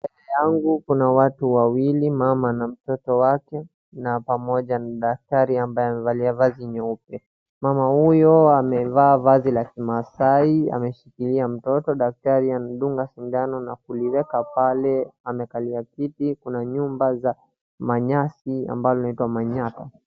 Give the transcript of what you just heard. Mbele yangu kuna mama na mtoto wake na pamoja na daktari ambaye amevalia vazi nyeupe, mama huyo amevaa vazi la kimasai, ameshikilia mtoto, daktari anadunga sindano na kuliweka pale. Amekalia kiti, kuna nyumba za manyasi ambalo linaitwa manyatta.